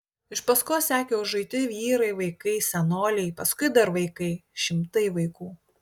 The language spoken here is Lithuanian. iš paskos sekė užuiti vyrai vaikai senoliai paskui dar vaikai šimtai vaikų